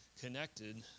connected